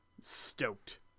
stoked